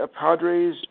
Padres